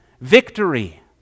victory